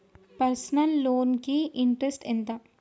Personal loan కి interest ఎంత?